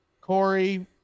Corey